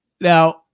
Now